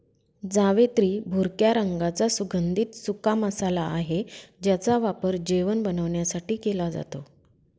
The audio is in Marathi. जावेत्री भुरक्या रंगाचा सुगंधित सुका मसाला आहे ज्याचा वापर जेवण बनवण्यासाठी केला जातो